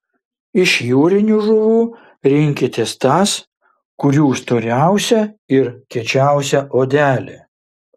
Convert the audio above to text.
iš jūrinių žuvų rinkitės tas kurių storiausia ir kiečiausia odelė